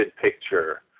picture